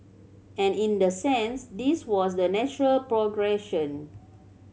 and in the sense this was the natural progression